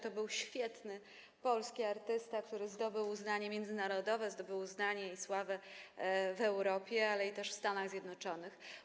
To był świetny polski artysta, który zdobył uznanie międzynarodowe, zdobył uznanie i sławę w Europie, ale i w Stanach Zjednoczonych.